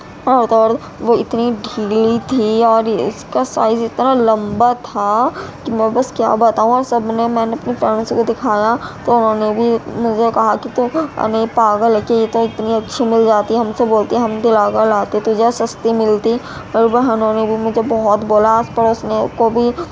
اور تو اور وہ اتنی ڈھیلی تھی اور اس کا سائز اتنا لمبا تھا کہ میں بس کیا بتاؤں اور سب نے میں نے اپنے پیرنٹس کو دکھایا تو انہوں نے بھی مجھے کہا کہ تم یعنی پاگل ہے کہ یہ تو اتنی اچھی مل جاتی ہم سے بولتی ہم دلا کر لاتے تجھے اور سستی ملتی میری بہنوں نے بھی مجھے بہت بولا آس پڑوس میں کو بھی